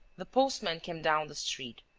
the postman came down the street,